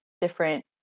different